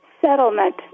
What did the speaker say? settlement